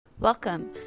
Welcome